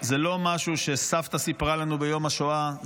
זה לא משהו שסבתא סיפרה לנו ביום השואה,